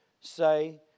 say